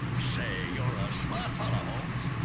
say, you're a smart fellow, holmes.